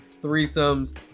threesomes